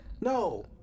No